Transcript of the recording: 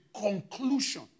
conclusion